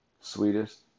Sweetest